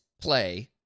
play